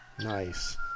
nice